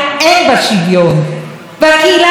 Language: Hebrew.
והקהילה הגאה, לקהילה הגאה יש שוויון?